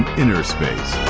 inner space,